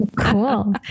Cool